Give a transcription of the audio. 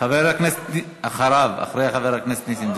חבר הכנסת נסים זאב.